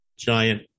giant